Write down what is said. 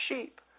sheep